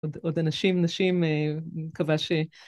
עוד אנשים נשים, מקווה ש...